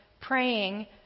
praying